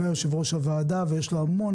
הוא היה יושב-ראש הוועדה ויש לו המון